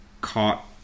caught